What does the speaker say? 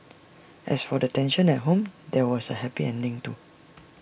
as for the tension at home there was A happy ending too